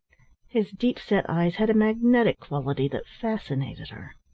his deep-set eyes had a magnetic quality that fascinated her.